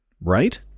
right